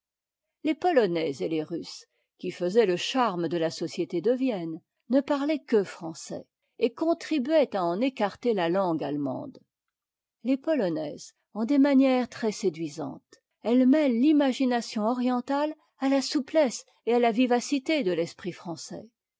les polonais et les russes qui faisaient le charme de la société de vienne ne parlaient que français et contribuaient à en écarter ta langue a emande les polonaises ont des manières trèsséduisantes elles mêlent l'imagination orientale à la souplesse et à la vivacité de l'esprit français